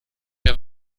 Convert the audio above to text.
mehr